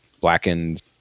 Blackened